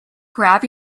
grab